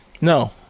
No